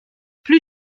plus